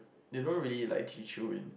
they don't really like teach you in